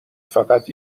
فقط